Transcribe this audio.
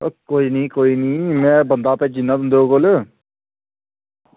ओह् कोई निं कोई निं में बंदा भेजी ओड़ना तुं'दे कोल